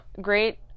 great